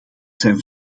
zijn